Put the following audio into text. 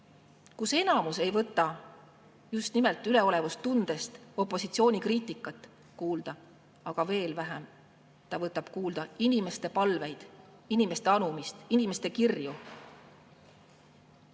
Enamus ei võta just nimelt üleolekutundest opositsiooni kriitikat kuulda, aga veel vähem ta võtab kuulda inimeste palveid, inimeste anumist, inimeste kirju.